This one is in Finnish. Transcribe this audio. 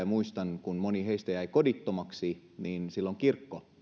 muistan että kun moni heistä jäi kodittomaksi niin silloin kirkko